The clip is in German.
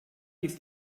ist